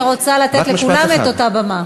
אני רוצה לתת לכולם את אותה במה.